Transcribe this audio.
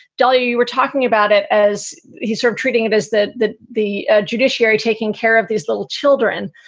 w you were talking about it as he sort of treating it. is that the the ah judiciary taking care of these little children.